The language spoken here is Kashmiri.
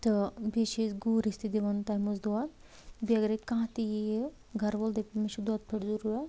تہٕ بیٚیہِ چھِ أسۍ گوٗرِس تہِ دِوان تمہِ منٛز دۄد بیٚیہِ اگرے کانہہ تہِ ییہِ گرٕ وۄل دَپہِ مےٚ چھُ دۄد پھوٚر ضروٗرت